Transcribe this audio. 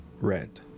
red